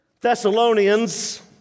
Thessalonians